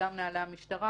וגם נהלי המשטרה,